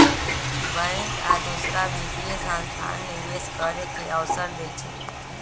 bank आ दोसर वित्तीय संस्थान निवेश करे के अवसर देई छई